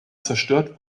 zerstört